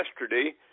yesterday